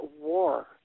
war